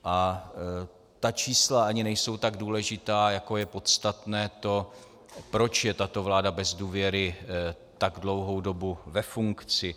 A ta čísla ani nejsou tak důležitá, jako je podstatné to, proč je tato vláda bez důvěry tak dlouhou dobu ve funkci.